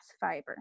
fiber